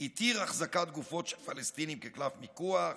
התיר החזקת גופות של פלסטינים כקלף מיקוח,